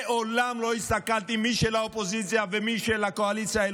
מעולם לא הסתכלתי מי של האופוזיציה ומי של הקואליציה,